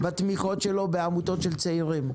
בתמיכות שלו בעמותות של צעירים.